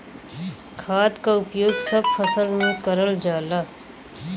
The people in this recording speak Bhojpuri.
खाद क उपयोग सब फसल में करल जाला